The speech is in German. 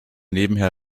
nebenher